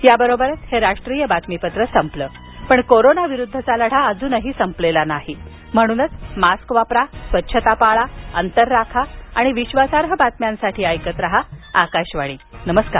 याबरोबरच हे राष्ट्रीय बातमीपत्र संपलं पण कोरोना विरुद्धचा लढा अजून संपलेला नाही म्हणूनच मास्क वापरा स्वच्छता पाळा अंतर राखा आणि विश्वासार्ह बातम्यांसाठी ऐकत रहा आकाशवाणी नमस्कार